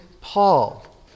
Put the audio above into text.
Paul